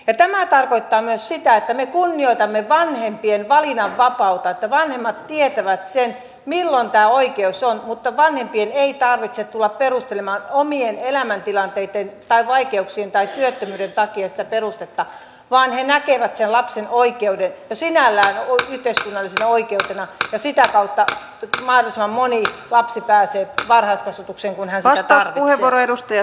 ja tämä tarkoittaa myös sitä että me kunnioitamme vanhempien valinnanvapautta sitä että vanhemmat tietävät sen milloin tämä oikeus on mutta vanhempien ei tarvitse tulla perustelemaan omien elämäntilanteittensa vaikeuksiensa tai työttömyytensä takia sitä asiaa vaan he näkevät sen lapsen oikeuden jo sinällään yhteiskunnallisena oikeutena ja sitä kautta mahdollisimman moni lapsi pääsee varhaiskasvatukseen kun hän sitä tarvitsee